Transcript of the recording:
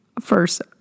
first